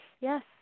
yes